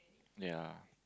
ya